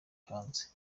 hanze